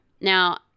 Now